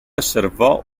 osservò